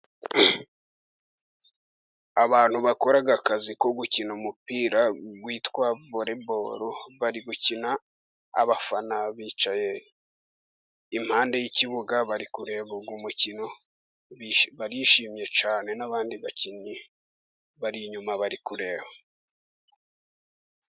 Abantu bakora akazi ko gukina umupira witwa voreboro, bari gukina abafana bicaye iruhande rw'ikibuga, bari kureba umukino barishimye cyane, n'abandi bakinnyi bari inyuma bari kureba.